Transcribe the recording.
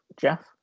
Jeff